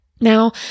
Now